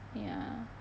ya